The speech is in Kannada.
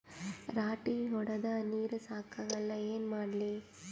ರಾಟಿ ಹೊಡದ ನೀರ ಸಾಕಾಗಲ್ಲ ಏನ ಮಾಡ್ಲಿ?